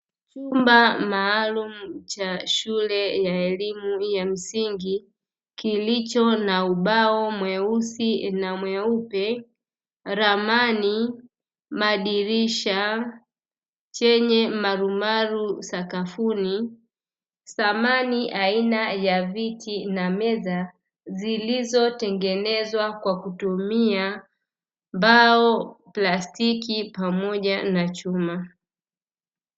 Chumba maalumu cha shule ya elimu ya msingi, kilicho na ubao mweusi na mweupe, ramani, madirisha chenye marumaru sakafuni, samani aina ya viti na meza zilizotengenezwa kwa kutumia mbao, plastiki pamoja na chuma.